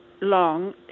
long